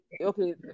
okay